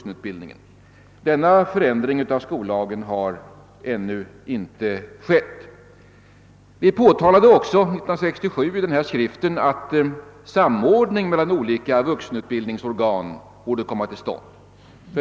Någon sådan förändring av skollagen har ännu inte skett. År 1967 framhöll vi också i den nämnda skriften att en samordning mellan olika vuxenutbildningsorgan borde komma till stånd.